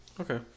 Okay